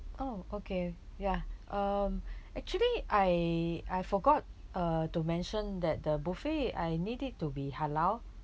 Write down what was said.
oh okay ya um actually I I forgot uh to mention that the buffet I need it to be halal